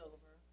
Over